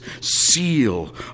seal